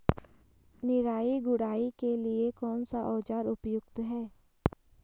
निराई गुड़ाई के लिए कौन सा औज़ार उपयुक्त है?